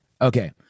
Okay